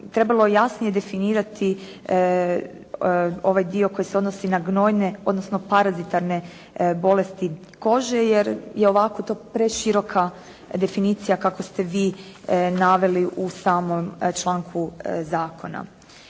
trebalo jasnije definirati ovaj dio koji se odnosi na gnojne odnosno parazitarne bolesti kože jer je ovako to preširoka definicija kako ste vi naveli u samom članku zakona.